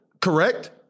correct